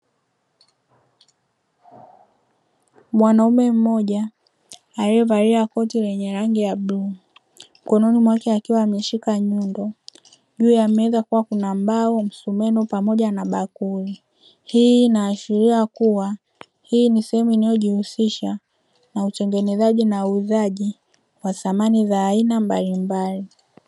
Mwanamume mmoja aliyevalia kote lenye rangi ya bluu, mkononi mwake akiwa ameshika nyundo, juu ya meza kukiwa kuna ambao msumeno pamoja na bakuli, hii inaashiria kuwa hii ni sehemu inayojihusisha na utengenezaji na uuzaji wa samani za aina mbalimbali.